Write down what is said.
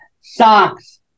socks